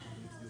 מה הלאה?